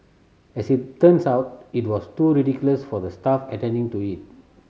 as it turns out it wasn't too ridiculous for the staff attending to it